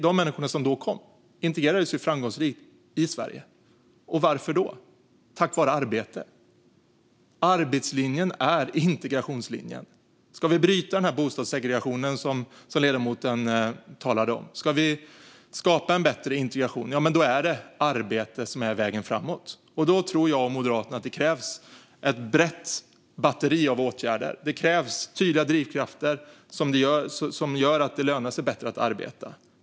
De människor som då kom integrerades framgångsrikt i Sverige. Varför då? Jo, det gjorde de tack vare arbete. Arbetslinjen är integrationslinjen. Ska vi bryta den bostadssegregation som ledamoten talade om och ska vi skapa en bättre integration är det arbete som är vägen framåt. Och då tror jag och Moderaterna att det krävs ett brett batteri av åtgärder. Det krävs tydliga drivkrafter som gör att det lönar sig bättre att arbeta.